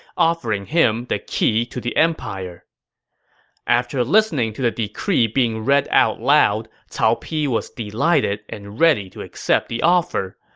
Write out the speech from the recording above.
offering him the key to the empire after listening to the decree being read out loud, cao pi was delighted and ready to accept the offer.